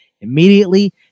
immediately